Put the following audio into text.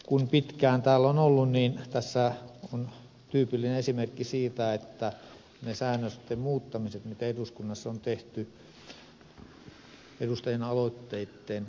kun pitkään täällä on ollut niin tietää että tässä on tyypillinen esimerkki niistä säännösten muuttamisista mitä eduskunnassa on tehty edustajien aloitteitten huomioimiseksi